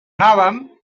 anàvem